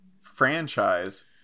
franchise